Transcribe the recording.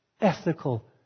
ethical